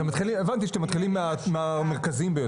אתם מתחילים, הבנתי שאתם מתחילים מהמרכזיים ביותר.